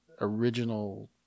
original